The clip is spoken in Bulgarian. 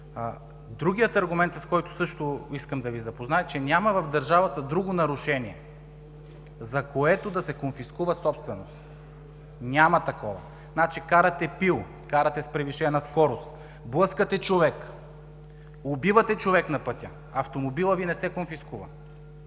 Другият аргумент, с който също искам да Ви запозная, е, че няма в държавата друго нарушение, за което да се конфискува собственост. Няма такова! Карате пил, карате с превишена скорост, блъскате човек, убивате човек на пътя, автомобилът Ви не се конфискува.